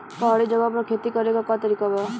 पहाड़ी जगह पर खेती करे के का तरीका बा?